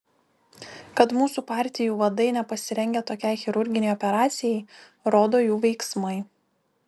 kad mūsų partijų vadai nepasirengę tokiai chirurginei operacijai rodo jų veiksmai